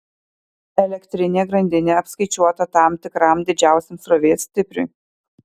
elektrinė grandinė apskaičiuota tam tikram didžiausiam srovės stipriui